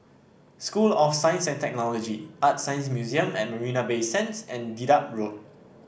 School of Science and Technology ArtScience Museum at Marina Bay Sands and Dedap Road